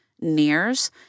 nears